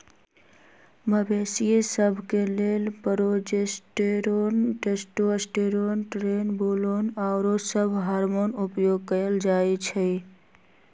मवेशिय सभ के लेल प्रोजेस्टेरोन, टेस्टोस्टेरोन, ट्रेनबोलोन आउरो सभ हार्मोन उपयोग कयल जाइ छइ